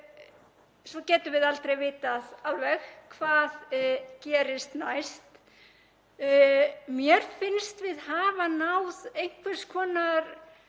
svo getum við aldrei vitað alveg hvað gerist næst. Mér finnst við hafa náð einhvers konar